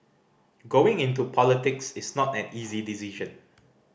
going into politics is not an easy decision